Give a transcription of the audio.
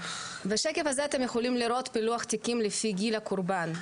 בשקף הזה אתם יכולים לראות פילוח תיקים לפי גיל הקורבן.